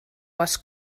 was